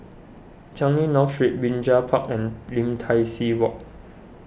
Changi North Street Binjai Park and Lim Tai See Walk